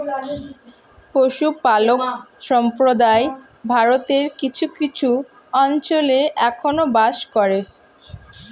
পশুপালক সম্প্রদায় ভারতের কিছু কিছু অঞ্চলে এখনো বাস করে